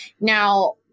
Now